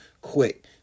quick